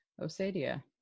Osadia